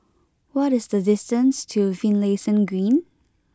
what is the distance to Finlayson Green